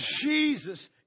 Jesus